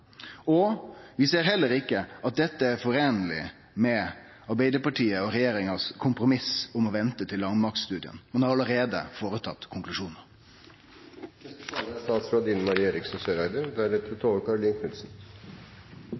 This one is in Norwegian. og vi ser heller ikkje at dette kan foreinast med Arbeidarpartiet og regjeringas kompromiss om å vente til landmaktstudien – ein har allereie trekt konklusjonar.